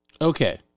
Okay